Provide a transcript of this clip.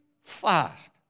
fast